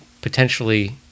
potentially